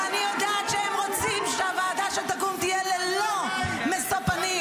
ואני יודעת שהן רוצות שהוועדה שתקום תהיה ללא משוא פנים,